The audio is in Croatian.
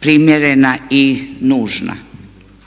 primjerena i nužna.